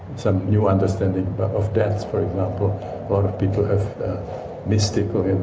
some new understanding of death, for example. a lot of people have mystical. and